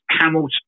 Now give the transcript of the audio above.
Hamilton